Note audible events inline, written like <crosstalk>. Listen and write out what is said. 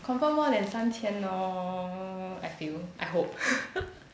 confirm more than 三千 lor I feel I hope <laughs>